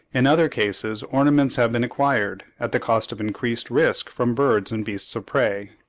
in other cases ornaments have been acquired, at the cost of increased risk from birds and beasts of prey.